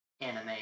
anime